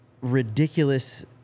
ridiculous